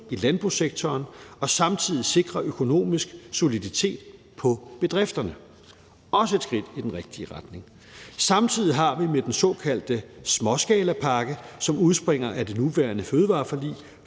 i landbrugssektoren og samtidig sikre økonomisk soliditet på bedrifterne. Det er også et skridt i den rigtige retning. Samtidig har vi med den såkaldte småskalapakke, som udspringer af det nuværende fødevareforlig,